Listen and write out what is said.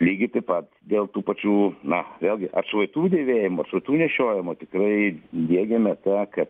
lygiai taip pat dėl tų pačių na vėlgi atšvaitų dėvėjimo atšvaitų nešiojimo tikrai diegiame tą kad